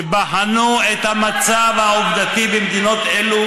שבחנו את המצב העובדתי במדינות אלו